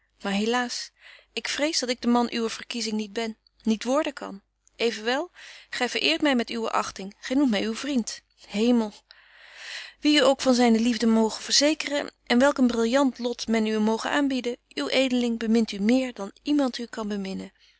ik vrees dat ik de man uwer verkiezing niet ben niet worden kan evenwel gy verëert my met uwe achting gy noemt my uw vriend hemel betje wolff en aagje deken historie van mejuffrouw sara burgerhart wie u ook van zyne liefde moge verzekeren en welk een brillant lot men u moge aanbieden uw edeling bemint u meer dan iemand u kan